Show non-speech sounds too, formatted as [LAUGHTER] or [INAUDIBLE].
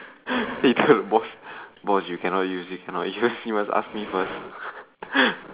[BREATH] he tell the boss boss you cannot use this you cannot use you must ask me first [BREATH]